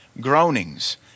groanings